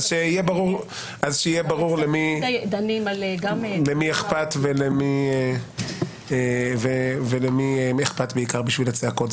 שיהיה ברור למי אכפת ולמי אכפת בעיקר בשביל הצעקות.